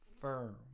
firm